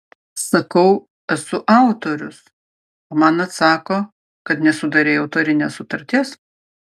sakau esu autorius o man atsako kad nesudarei autorinės sutarties